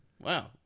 Wow